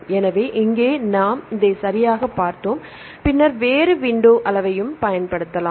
எனவே இங்கே நாம் இதை சரியாகப் பார்த்தோம் பின்னர் வேறு விண்டோ அளவையும் பயன்படுத்தலாம்